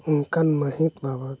ᱚᱱᱠᱟᱱ ᱢᱟᱹᱦᱤᱛ ᱵᱟᱵᱚᱫ